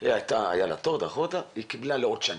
מדובר שהיה לה תור שנדחה והיא קיבלה תור לעוד שנה.